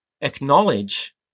acknowledge